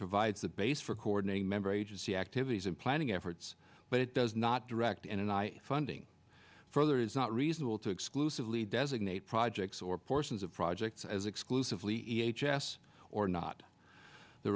provides the base for coordinating member agency activities and planning efforts but it does not direct and i funding further is not reasonable to exclusively designate projects or portions of projects as exclusively e h s or not the